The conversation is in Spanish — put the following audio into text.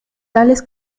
tales